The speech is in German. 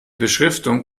beschriftung